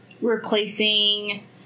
Replacing